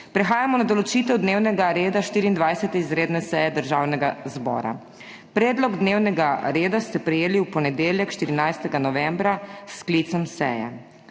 Prehajamo na določitev dnevnega reda 24. izredne seje Državnega zbora. Predlog dnevnega reda ste prejeli v ponedeljek, 14. novembra, s sklicem seje.